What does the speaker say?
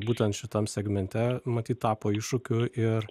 būtent šitam segmente matyt tapo iššūkiu ir